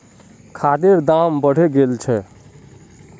खादेर दाम बढ़े गेल छे